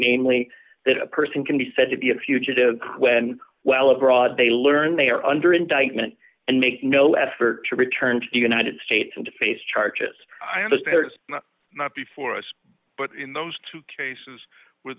namely that a person can be said to be a fugitive when well abroad they learn they are under indictment and make no effort to return to the united states and to face charges i understand it's not before us but in those two cases where